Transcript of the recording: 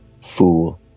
Fool